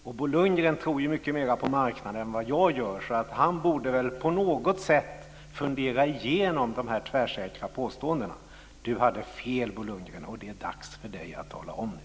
Bo Lundgren tror ju mycket mer på marknaden än vad jag gör, så han borde på något sätt fundera igenom de tvärsäkra påståendena. Bo Lundgren hade fel. Det är dags för honom att tala om det.